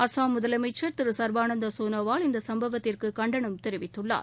அசாம் முதலமைச்சர் திரு சர்பானந்த சோனோவால் இந்த சம்பவத்திற்கு கண்டனம் தெரிவித்துள்ளார்